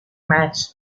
match